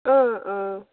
অঁ অঁ